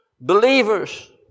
believers